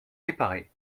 réparée